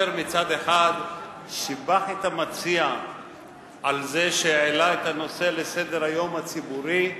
מצד אחד הוא שיבח את המציע על זה שהעלה את הנושא לסדר-היום הציבורי,